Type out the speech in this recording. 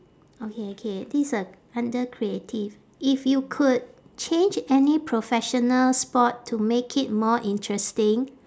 okay okay this a under creative if you could change any professional sport to make it more interesting